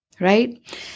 right